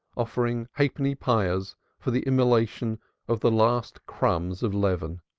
offering halfpenny pyres for the immolation of the last crumbs of leaven.